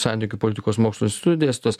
santykių politikos mokslų instituto dėstytojas